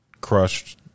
crushed